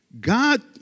God